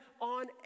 On